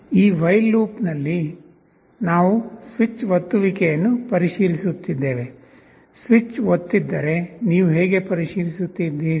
ಈ ವಯ್ಲ್ ಲೂಪ್ನಲ್ಲಿ ನಾವು ಸ್ವಿಚ್ ಒತ್ತುವಿಕೆಯನ್ನು ಪರಿಶೀಲಿಸುತ್ತಿದ್ದೇವೆ ಸ್ವಿಚ್ ಒತ್ತಿದ್ದರೆ ನೀವು ಹೇಗೆ ಪರಿಶೀಲಿಸುತ್ತೀರಿ